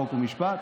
חוק ומשפט.